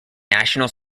national